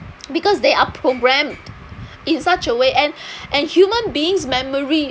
because they are programmed in such a way and and and human beings memory